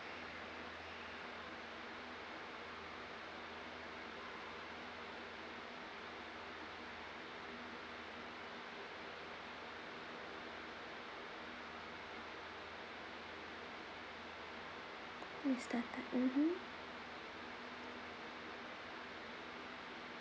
mister tan mmhmm